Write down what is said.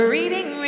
Reading